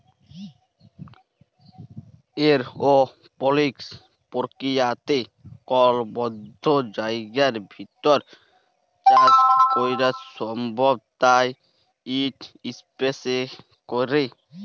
এরওপলিক্স পর্কিরিয়াতে কল বদ্ধ জায়গার ভিতর চাষ ক্যরা সম্ভব তাই ইট ইসপেসে ক্যরে